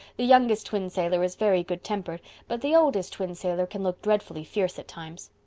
the youngest twin sailor is very good-tempered but the oldest twin sailor can look dreadfully fierce at times.